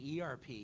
ERP